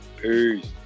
Peace